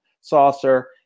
saucer